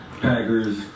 Packers